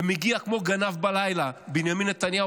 ומגיע כמו גנב בלילה בנימין נתניהו,